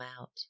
out